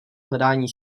hledání